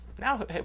Now